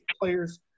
players